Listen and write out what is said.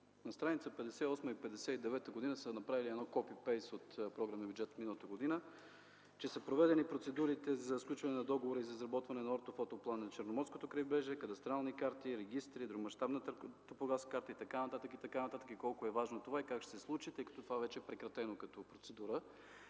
стр. 58 и 59 – направили са „соpy-paste” от Програмния бюджет от миналата година, че са проведени процедурите за сключване на договори за изработване на ортофотопланове на Черноморското крайбрежие, кадастрални карти, регистри, едромащабната топографска карта и така нататък, и така нататък, и колко е важно това, как ще се случи, тъй като то вече е прекратено като процедура